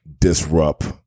disrupt